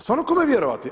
Stvarno kome vjerovati?